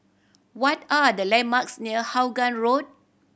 what are the landmarks near Vaughan Road